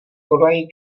konají